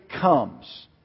comes